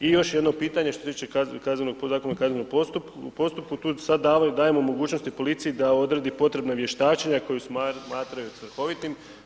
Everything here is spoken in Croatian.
I još jedno pitanje što se tiče Zakona o kaznenom postupku, tu sad dajemo mogućnosti policiji da odredi potrebna vještačenja koju smatraju svrhovitim.